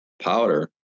powder